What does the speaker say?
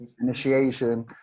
initiation